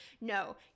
No